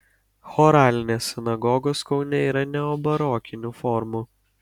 choralinės sinagogos kaune yra neobarokinių formų